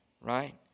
right